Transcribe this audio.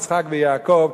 יצחק ויעקב,